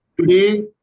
Today